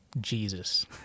Jesus